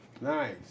Nice